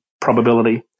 probability